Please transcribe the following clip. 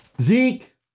zeke